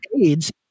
AIDS